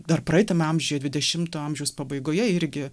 dar praeitame amžiuje dvidešimto amžiaus pabaigoje irgi